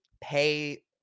pay